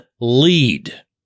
lead